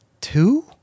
two